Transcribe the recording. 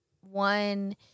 one